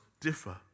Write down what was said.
differ